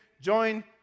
join